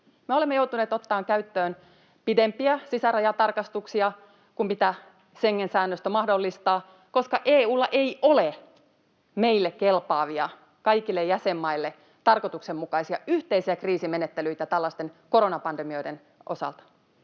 olemme joutuneet ottamaan käyttöön pidempiä sisärajatarkastuksia kuin mitä Schengen- säännöstö mahdollistaa, koska EU:lla ei ole meille kelpaavia, kaikille jäsenmaille tarkoituksenmukaisia, yhteisiä kriisimenettelyitä tällaisten koronapandemioiden osalta.